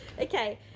Okay